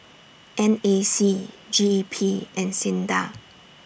N A C G E P and SINDA